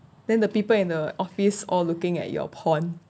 then the people in the office all looking at your porn